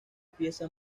pieza